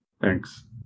Thanks